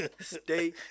stay